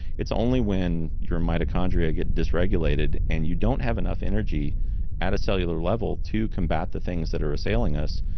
it's only when your mitochondria get dysregulated and you don't have enough energy at a cellular level to combat the things that are assailing us,